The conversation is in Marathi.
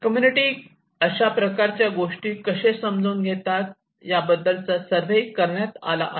कम्युनिटी अशा प्रकारच्या गोष्टी कसे समजून घेतात याबद्दलचा सर्वे करण्यात आला आहे